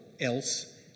else